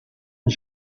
und